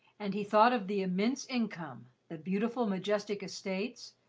and he thought of the immense income, the beautiful, majestic estates,